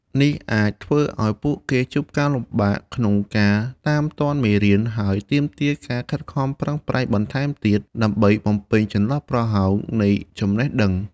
នេះអាចធ្វើឲ្យពួកគេជួបការលំបាកក្នុងការតាមទាន់មេរៀន ហើយទាមទារការខិតខំប្រឹងប្រែងបន្ថែមទៀតដើម្បីបំពេញចន្លោះប្រហោងនៃចំណេះដឹង។